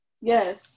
Yes